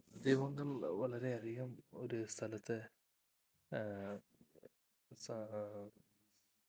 ദൈവങ്ങൾ വളരെ അധികം ഒരു സ്ഥലത്തെ സാ